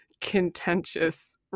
contentious